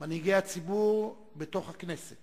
מנהיגי הציבור בתוך הכנסת